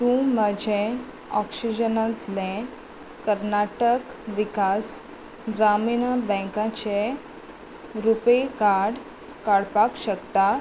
तूं म्हजें ऑक्सिजनांतलें कर्नाटक विकास ग्रामीण बँकाचें रुपे कार्ड काडपाक शकता